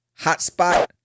Hotspot